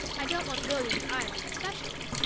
i don't want william's island especially,